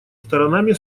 сторонами